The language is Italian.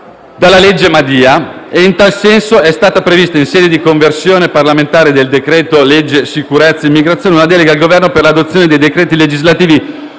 dalla legge Madia ed in tal senso è stata prevista, in sede di conversione parlamentare del decreto-legge sicurezza e immigrazione, una delega al Governo per l'adozione di decreti legislativi